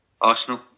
Arsenal